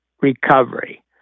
recovery